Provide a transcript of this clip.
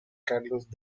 carlos